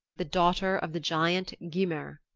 the daughter of the giant gymer.